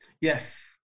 Yes